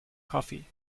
coffee